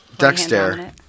Dexter